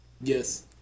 Yes